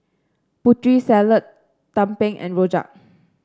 Putri Salad tumpeng and rojak